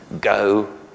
go